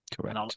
Correct